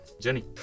journey